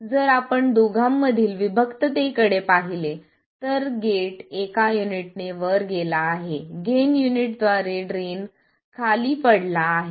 आणि जर आपण दोघांमधील विभक्ततेकडे पाहिले तर गेट एका युनिटने वर गेला आहे गेन युनिटद्वारे ड्रेन खाली पडला आहे